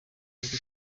iva